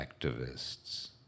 activists